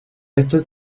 estos